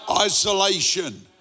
Isolation